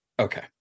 okay